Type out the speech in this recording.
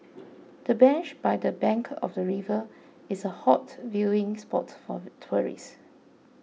the bench by the bank of the river is a hot viewing spot for tourists